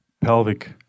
pelvic